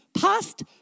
past